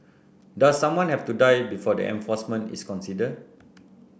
does someone have to die before the enforcement is considered